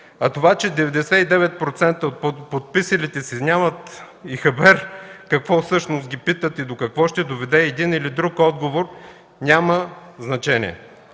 А това, че 99% от подписалите се нямат и хабер какво всъщност ги питат и до какво ще доведе един или друг отговор, няма значение.